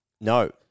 No